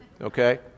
Okay